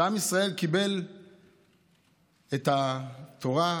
כשעם ישראל קיבל את התורה,